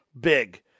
Big